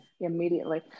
immediately